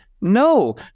no